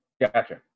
gotcha